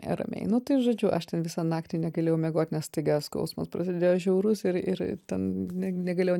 ramiai nu tai žodžiu aš ten visą naktį negalėjau miegot nes staiga skausmas prasidėjo žiaurus ir ir ten negalėjau